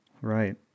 Right